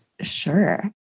Sure